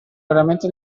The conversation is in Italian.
veramente